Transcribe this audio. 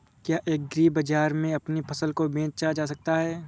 क्या एग्रीबाजार में अपनी फसल को बेचा जा सकता है?